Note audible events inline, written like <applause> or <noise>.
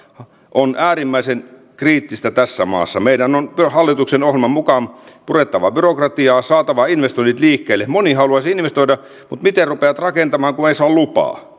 on äärimmäisen kriittistä tässä maassa meidän on hallituksen ohjelman mukaan purettava byrokratiaa saatava investoinnit liikkeelle moni haluaisi investoida mutta miten rupeat rakentamaan kun ei saa lupaa <unintelligible>